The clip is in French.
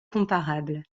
comparable